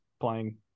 playing